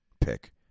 pick